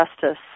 justice